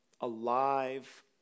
Alive